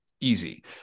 easy